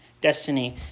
Destiny